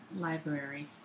library